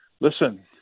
listen